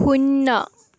শূন্য